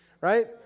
Right